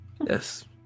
Yes